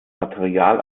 material